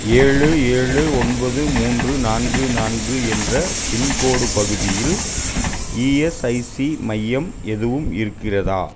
ஏழு ஏழு ஒன்பது மூன்று நான்கு நான்கு என்ற பின்கோடு பகுதியில் இஎஸ்ஐசி மையம் எதுவும் இருக்கிறதா